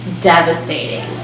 devastating